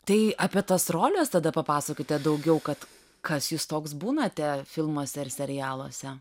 tai apie tas roles tada papasakokite daugiau kad kas jūs toks būnate filmuose ar serialuose